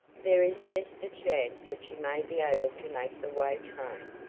there is just a chance that she may be able to make the way train,